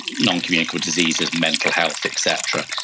noncommunicable diseases, mental health, et cetera.